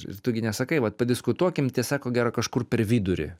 ir tu gi nesakai vat padiskutuokim tiesa ko gero kažkur per vidurį